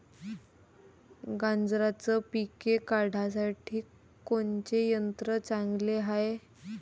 गांजराचं पिके काढासाठी कोनचे यंत्र चांगले हाय?